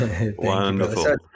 Wonderful